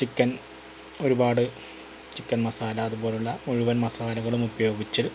chicken ഒരുപാട് chicken masala അതുപോലുള്ള മുഴുവൻ മസാലകളും ഉപയോഗിച്ച്